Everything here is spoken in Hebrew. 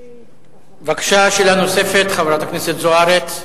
בבקשה, שאלה נוספת, חברת הכנסת זוארץ.